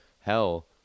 hell